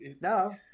no